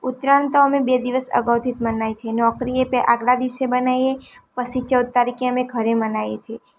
ઉત્તરાયણ તો અમે બે દિવસ અગાઉથી જ મનાવીએ છીએ નોકરીએ આગલા દિવસે મનાવીએ પછી ચૌદ તારીખે અમે ઘરે મનાવીએ છીએ